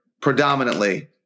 predominantly